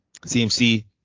CMC